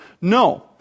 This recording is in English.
No